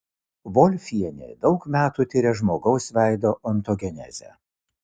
volfienė daug metų tiria žmogaus veido ontogenezę